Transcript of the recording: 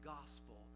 gospel